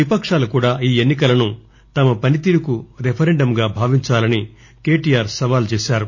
విపకాలు కూడా ఈఎన్ని కలను తమ పని తీరుకు రిఫరెండంగా భావించాలని కేటీఆర్ సవాళ్లు చేసారు